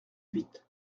huit